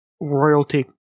royalty